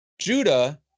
Judah